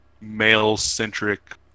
male-centric